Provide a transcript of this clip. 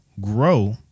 grow